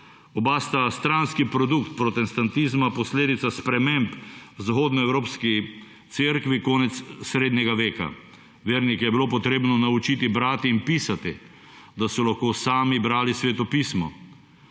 Oba sta stranski produkt protestantizma, posledica sprememb zahodnoevropski cerkvi konec srednjega veka. Vernike je bilo potrebno naučiti brati in pisati, da so lahko sami brali sveto pismo.